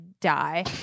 die